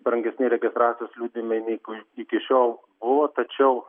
brangesni registracijos liudijime negu iki šiol buvo tačiau